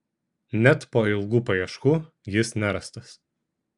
net po ilgų paieškų jis nerastas